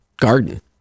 garden